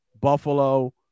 Buffalo